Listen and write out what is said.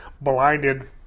blinded